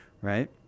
right